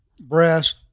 brass